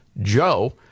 Joe